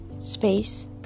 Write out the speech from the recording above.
space